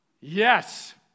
Yes